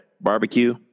barbecue